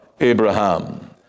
Abraham